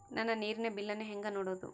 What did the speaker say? ನನ್ನ ನೇರಿನ ಬಿಲ್ಲನ್ನು ಹೆಂಗ ನೋಡದು?